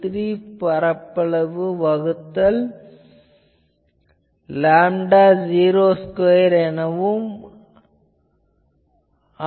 83 பரப்பளவு வகுத்தல் lambda 0 square என ஆகிறது